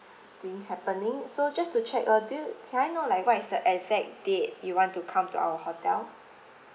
thing happening so just to check uh do you can I know like what is the exact date you want to come to our hotel